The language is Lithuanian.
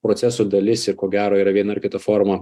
proceso dalis ir ko gero yra viena ar kita forma